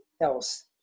else